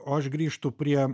o aš grįžtu prie